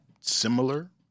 similar